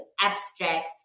abstract